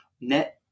net